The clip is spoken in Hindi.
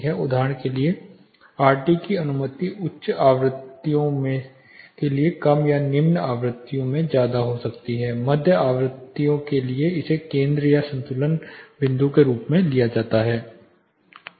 उदाहरण के लिए आरटी की अनुमति उच्च आवृत्तियों के लिए कम या निम्न आवृत्ति में ज्यादा हो सकती है मध्य आवृत्तियों के लिए इसे केंद्र या संतुलन बिंदु के रूप में लिया जाता है